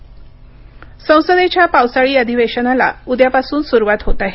संसद अधिवेशन संसदेच्या पावसाळी अधिवेशनाला उद्यापासून सुरुवात होत आहे